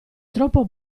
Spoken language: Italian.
troppo